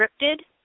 scripted